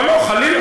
לא, לא, חלילה.